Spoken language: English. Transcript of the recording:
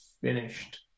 finished